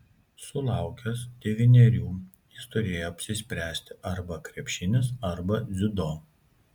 sulaukęs devynerių jis turėjo apsispręsti arba krepšinis arba dziudo